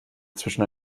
zwischen